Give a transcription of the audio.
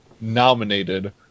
nominated